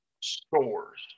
stores